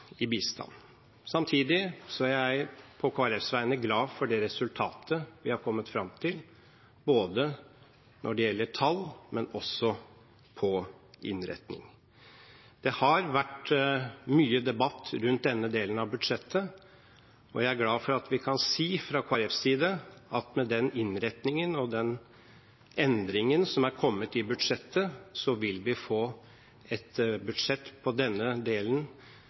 i bistand. Samtidig er jeg på Kristelig Folkepartis vegne glad for det resultatet vi har kommet fram til når det gjelder både tall og innretning. Det har vært mye debatt rundt denne delen av budsjettet. Jeg er glad for at vi kan si fra Kristelig Folkepartis side at med den innretningen og den endringen som er kommet i budsjettet, vil vi få et budsjett for denne delen